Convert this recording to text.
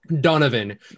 Donovan